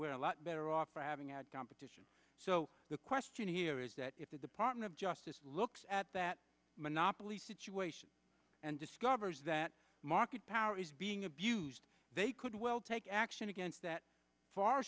we're a lot better off for having had competition so the question here is that if the department of justice looks at that monopoly situation and discovers that market power is being abused they could well take action against that far